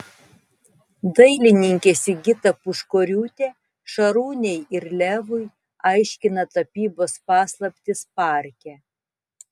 dailininkė sigita puškoriūtė šarūnei ir levui aiškina tapybos paslaptis parke